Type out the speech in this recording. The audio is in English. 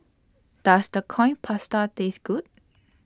Does The Coin Pasta Taste Good